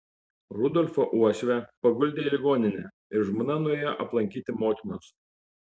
rudolfo uošvę paguldė į ligoninę ir žmona nuėjo aplankyti motinos